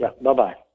Bye-bye